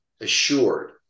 assured